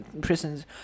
prisons